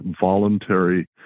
voluntary